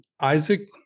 Isaac